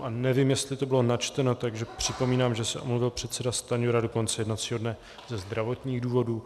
A nevím, jestli to bylo načteno, takže připomínám, že se omluvil pan předseda Stanjura do konce jednacího dne ze zdravotních důvodů.